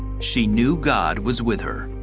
she knew god was with her.